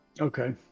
Okay